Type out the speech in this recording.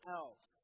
else